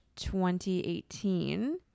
2018